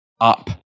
up